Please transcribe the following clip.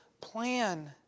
plan